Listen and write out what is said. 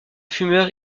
fumeurs